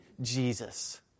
Jesus